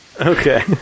Okay